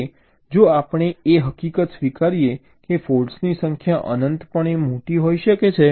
તેથી જો આપણે એ હકીકત સ્વીકારીએ કે ફૉલ્ટ્સની સંખ્યા અનંત પણે મોટી હોઈ શકે છે